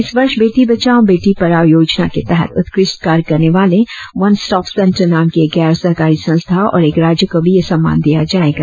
इस वर्ष बेटी बचाओं बेटी पढ़ाओं योजना के तहत उत्कृष्ट कार्य करने वाले वन स्टॉप सेंटर नाम की एक गैर सरकारी संस्था और एक राज्य को भी यह सम्मान दिया जायेगा